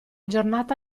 giornata